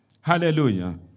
Hallelujah